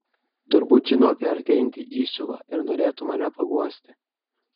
turbūt žino apie artėjantį įsiuvą ir norėtų mane paguosti